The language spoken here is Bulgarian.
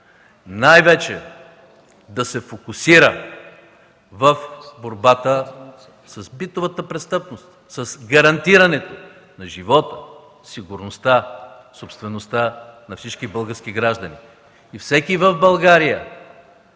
най-вече да се фокусира в борбата с битовата престъпност, с гарантирането на живота, сигурността, собствеността на всички български граждани. Всеки в България,